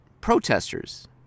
protesters